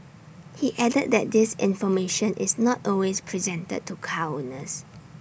he added that this information is not always presented to car owners